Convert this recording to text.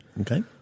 Okay